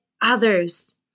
others